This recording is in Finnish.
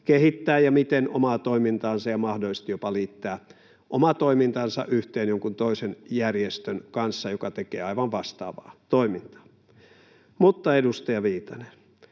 kehittää, ja miten, omaa toimintaansa ja mahdollisesti jopa liittää oma toimintansa yhteen jonkun toisen järjestön kanssa, joka tekee aivan vastaavaa toimintaa. Mutta, edustaja Viitanen,